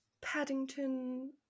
Paddington